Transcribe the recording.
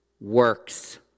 works